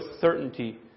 certainty